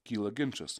kyla ginčas